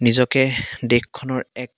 নিজকে দেশখনৰ এক